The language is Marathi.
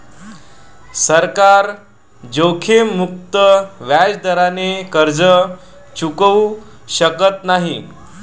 सरकार जोखीममुक्त व्याजदराने कर्ज चुकवू शकत नाही